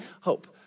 hope